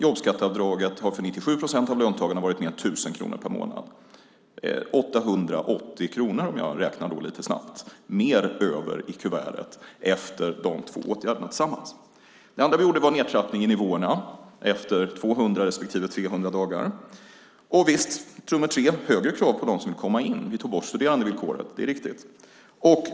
Jobbskatteavdraget har för 97 procent av löntagarna varit mer än 1 000 kronor per månad. Det blir 880 kronor, om jag räknar lite snabbt, mer över i kuvertet efter de två åtgärderna tillsammans. Det andra vi gjorde var nedtrappningen i nivåerna efter 200 respektive 300 dagar. Och visst, det tredje var högre krav på dem som vill komma in. Vi tog bort studerandevillkoret; det är riktigt.